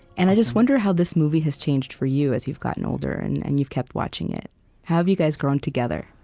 and i just wonder how this movie has changed for you, as you've gotten older and and you've kept watching it. how have you guys grown together?